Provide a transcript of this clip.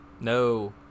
No